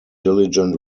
diligent